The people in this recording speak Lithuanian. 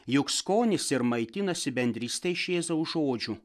juk skonis ir maitinasi bendryste iš jėzaus žodžių